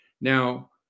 Now